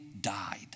died